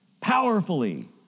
powerfully